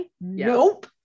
Nope